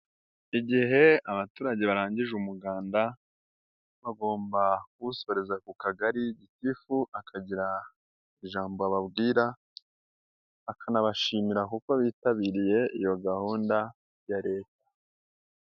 Igihe abaturage barangije umuganda, bagomba kuwusoreza ku kagari gitifu akagira ijambo ababwira, akanabashimira kuko bitabiriye iyo gahunda ya Leta.